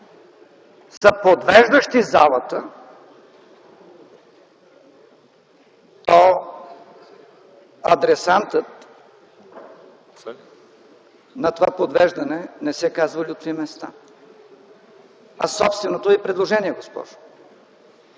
са подвеждащи залата, то адресантът на това подвеждане не се казва Лютви Местан, а собственото Ви предложение, госпожо.